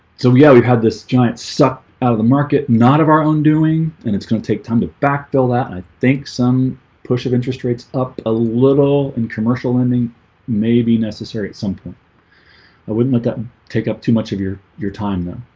so yeah we've had this giant suck out of the market not of our own doing and it's gonna take time to backfill that and i think some push of interest rates up a little and commercial lending may be necessary something i wouldn't let them take up too much of your your time then